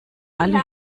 alle